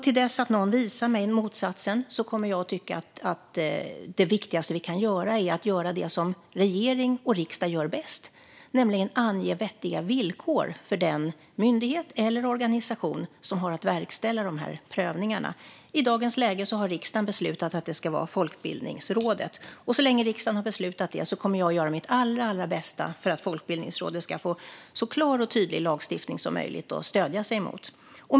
Till dess att någon visar mig motsatsen kommer jag att tycka att det viktigaste vi kan göra är att göra det som regering och riksdag gör bäst, nämligen att ange vettiga villkor för den myndighet eller organisation som har att verkställa dessa prövningar. I dagens läge har riksdagen beslutat att det ska vara Folkbildningsrådet, och så länge riksdagen har beslutat det kommer jag att göra mitt allra bästa för att Folkbildningsrådet ska få så klar och tydlig lagstiftning som möjligt att stödja sig mot.